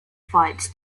flights